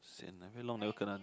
sian ah very long never kena